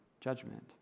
judgment